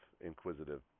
inquisitive